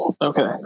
Okay